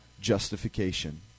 Justification